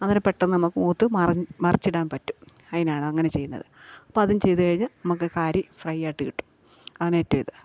അങ്ങനെ പെട്ടെന്നമ്മ്ക്ക് മൂത്ത് മറ് മറിച്ചിടാന് പറ്റും അതിനാണ് അങ്ങനെ ചെയ്യുന്നത് അപ്പതും ചെയ്ത് കഴിഞ്ഞ് നമുക്ക് കാരി ഫ്രൈയ്യായിട്ട് കിട്ടും